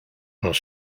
are